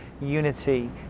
unity